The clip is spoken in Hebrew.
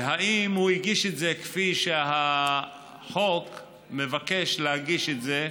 האם הגיש את זה כפי שהחוק מבקש להגיש את זה,